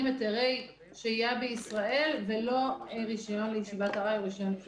היתרי שהייה בישראל ולא רישיון לישיבת ארעי או רישיון לישיבת קבע.